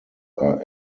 are